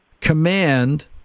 command